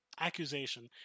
accusation